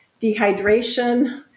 Dehydration